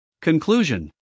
Conclusion